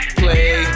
play